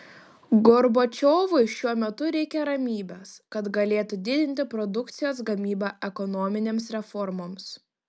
gorbačiovui šiuo metu reikia ramybės kad galėtų didinti produkcijos gamybą ekonominėms reformoms